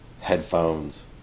headphones